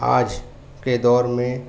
آج کے دور میں